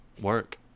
work